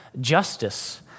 justice